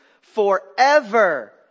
forever